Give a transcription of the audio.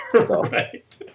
Right